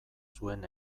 zuen